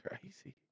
crazy